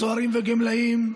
הסוהרים והגמלאים,